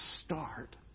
start